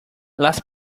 las